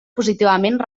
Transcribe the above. positivament